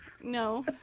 No